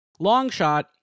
Longshot